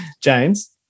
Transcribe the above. James